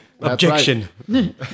Objection